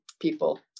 people